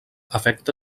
afecta